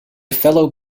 fellow